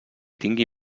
tingui